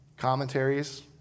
commentaries